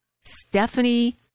Stephanie